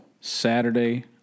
Saturday